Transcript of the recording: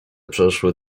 przeszyły